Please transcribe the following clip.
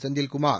Senthilkumar